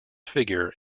figure